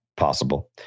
Possible